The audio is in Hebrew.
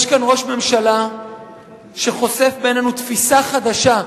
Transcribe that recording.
יש כאן ראש ממשלה שחושף בפנינו תפיסה חדשה,